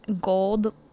gold